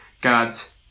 God's